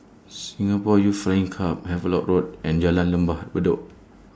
Singapore Youth Flying Club Havelock Road and Jalan Lembah Bedok